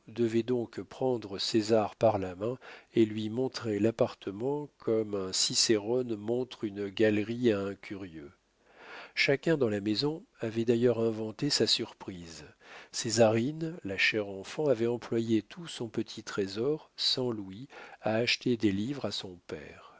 devait donc prendre césar par la main et lui montrer l'appartement comme un cicerone montre une galerie à un curieux chacun dans la maison avait d'ailleurs inventé sa surprise césarine la chère enfant avait employé tout son petit trésor cent louis à acheter des livres à son père